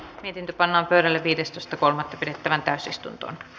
yritin panna verolle viidestoista ckolme pidettävään täysistuntoon